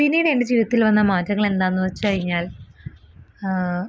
പിന്നീട് എന്റെ ജീവിതത്തിൽ വന്ന മാറ്റങ്ങളെന്താന്ന് വെച്ച് കഴിഞ്ഞാൽ